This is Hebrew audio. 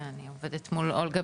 אני עובדת מול אולגה,